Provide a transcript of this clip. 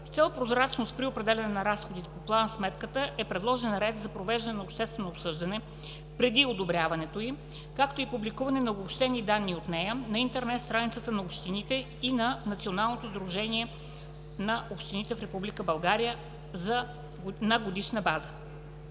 С цел прозрачност при определянето на разходите по план-сметката е предложен ред за провеждането на обществено обсъждане преди одобряването й, както и публикуване на обобщени данни от нея на интернет страниците на общините и на Националното сдружение на общините в Република